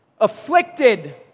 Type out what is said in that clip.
afflicted